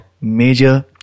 major